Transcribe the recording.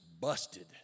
busted